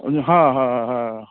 हँ हँ हँ